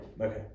okay